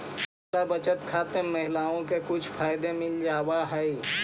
महिला बचत खाते में महिलाओं को कुछ फायदे मिल जावा हई